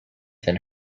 than